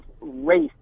race